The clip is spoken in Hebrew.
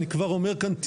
אני כבר אומר כאן,